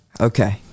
Okay